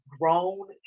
grown